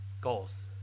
goals